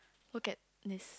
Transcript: look at this